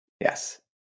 Yes